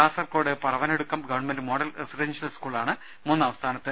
Kasaragod Paravanadukkam government model residential സ്കൂളാണ് മൂന്നാംസ്ഥാനത്ത്